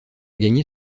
gagné